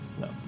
No